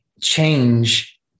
change